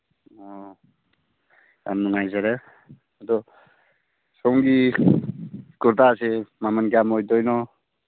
ꯑꯣ ꯌꯥꯝ ꯅꯨꯡꯉꯥꯏꯖꯔꯦ ꯑꯗꯨ ꯁꯣꯝꯒꯤ ꯀꯨꯔꯇꯥꯁꯦ ꯃꯃꯟ ꯀ꯭ꯌꯥꯝ ꯑꯣꯏꯗꯣꯏꯅꯣ